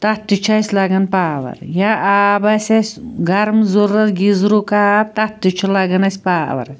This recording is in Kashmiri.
تتھ تہِ چھُ اسہِ لگان پاوَر یا آب آسہِ اسہِ گرٕم ضروٗرت گیٖزرُک آب تتھ تہِ چھُ لگان اسہِ پاوَر